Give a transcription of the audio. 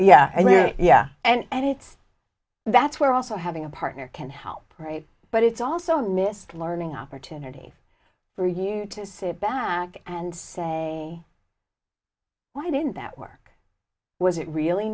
mean yeah and it's that's where also having a partner can help right but it's also missed learning opportunities for you to sit back and say why didn't that work was it really